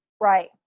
Right